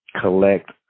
collect